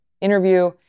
interview